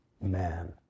man